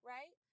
Right